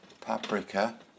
paprika